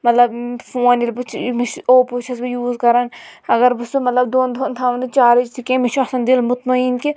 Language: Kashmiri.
مطلب فوٗن ییٚلہِ بہٕ چھ مےٚ چھُ اوپو چھَس بہٕ یوٗز کَران اگر بہٕ سُہ مطلب دۄن دۄہَن تھاو نہٕ چارٕج تہِ کیٚنٛہہ مےٚ چھُ آسان دِل مُطمٔن کہِ